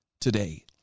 today